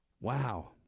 Wow